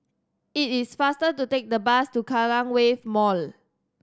it is faster to take the bus to Kallang Wave Mall